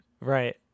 Right